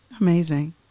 Amazing